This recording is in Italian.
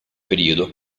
periodo